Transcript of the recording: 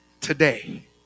today